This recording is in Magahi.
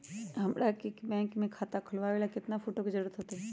हमरा के बैंक में खाता खोलबाबे ला केतना फोटो के जरूरत होतई?